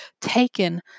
taken